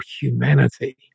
humanity